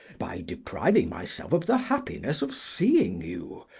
by depriving myself of the happiness of seeing you,